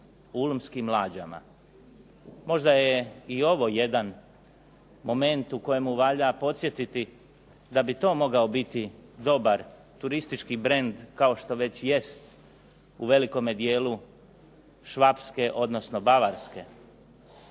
ulmskim lađama. Možda je ovo jedan moment u kojemu valja podsjetiti da bi to mogao biti dobar turistički brend kao što već jest u velikome dijelu Švapske, odnosno Bavarske,